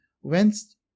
whence